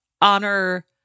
honor